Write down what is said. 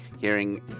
hearing